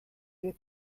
wir